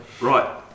Right